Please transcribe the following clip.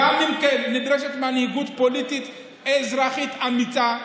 גם נדרשת מנהיגות פוליטית אזרחית אמיצה,